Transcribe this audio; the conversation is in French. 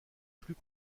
plus